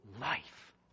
life